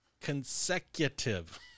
Consecutive